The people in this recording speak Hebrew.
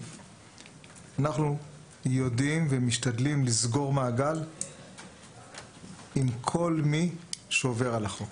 אנחנו יודעים ומשתדלים לסגור מעגל עם כל מי שעובר על החוק.